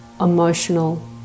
emotional